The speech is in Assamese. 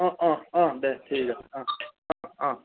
অঁ অঁ অঁ দে ঠিক আছে অঁ অঁ অঁ